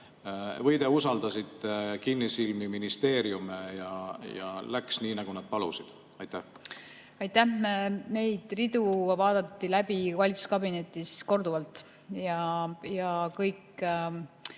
või te usaldasite kinnisilmi ministeeriume ja läks nii, nagu nad palusid? Aitäh! Neid ridu vaadati valitsuskabinetis läbi korduvalt ja kõik